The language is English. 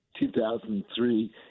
2003